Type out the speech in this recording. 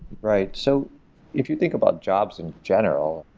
right. so if you think about jobs in general,